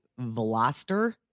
Veloster